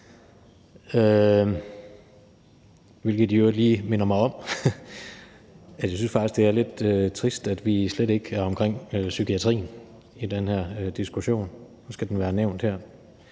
hvilket i øvrigt lige minder mig om, at jeg faktisk synes, at det er lidt trist, at vi slet ikke kommer omkring psykiatrien i den her diskussion. Men nu skal den være nævnt her.